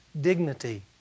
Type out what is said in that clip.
dignity